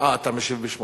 אני משיב.